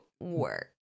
work